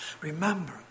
Remember